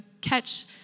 catch